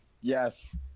Yes